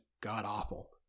god-awful